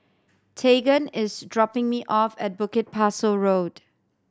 Tegan is dropping me off at Bukit Pasoh Road